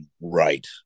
right